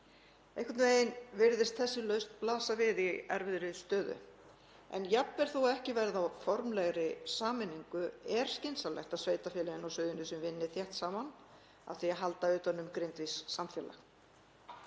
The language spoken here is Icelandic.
Einhvern veginn virðist þessi lausn blasa við í erfiðri stöðu. En jafnvel þó að ekki verði af formlegri sameiningu er skynsamlegt að sveitarfélögin á Suðurnesjum vinni þétt saman að því að halda utan um grindvískt samfélag.